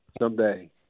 someday